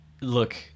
Look